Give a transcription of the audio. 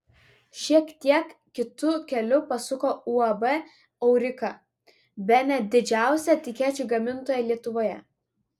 šiek tiek kitu keliu pasuko uab aurika bene didžiausia etikečių gamintoja lietuvoje